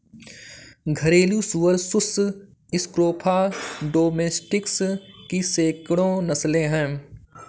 घरेलू सुअर sus scrofa domesticus की सैकड़ों नस्लें हैं